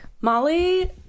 Molly